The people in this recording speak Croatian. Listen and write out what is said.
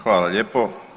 Hvala lijepo.